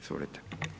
Izvolite.